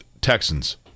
Texans